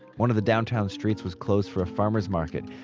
one of the downtown streets was closed for a farmer's market.